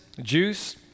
juice